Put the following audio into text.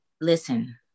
listen